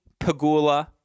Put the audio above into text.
Pagula